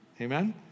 Amen